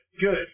good